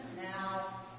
now